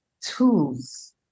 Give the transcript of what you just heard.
tools